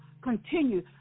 continue